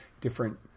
different